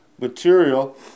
material